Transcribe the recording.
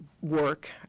work